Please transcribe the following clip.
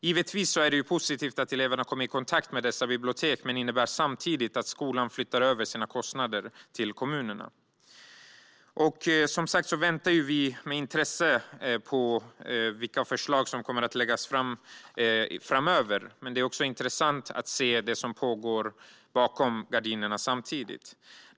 Givetvis är det positivt att eleverna kommer i kontakt med dessa bibliotek, men det innebär samtidigt att skolan flyttar över sina kostnader till kommunen. Vi väntar som sagt med intresse på att få se vilka förslag som kommer att läggas fram framöver, men det är också intressant att se det som samtidigt pågår bakom gardinerna.